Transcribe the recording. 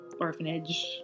orphanage